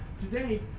today